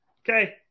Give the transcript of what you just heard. Okay